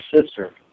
sister